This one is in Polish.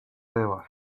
była